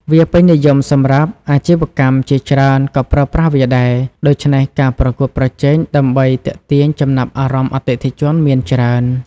វាពេញនិយមសម្រាប់អាជីវកម្មជាច្រើនក៏ប្រើប្រាស់វាដែរ ដូច្នេះការប្រកួតប្រជែងដើម្បីទាក់ទាញចំណាប់អារម្មណ៍អតិថិជនមានច្រើន។